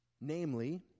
namely